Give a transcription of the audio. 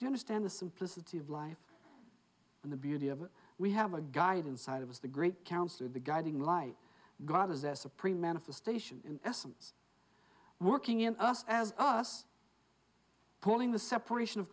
you understand the simplicity of life and the beauty of we have a guide inside of us the great council of the guiding light god is the supreme manifestation in essence working in us as us pulling the separation of